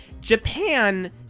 Japan